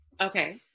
Okay